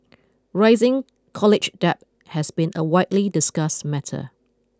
rising college debt has been a widely discussed matter